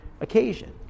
occasion